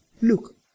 Look